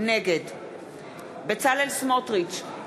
נגד בצלאל סמוטריץ,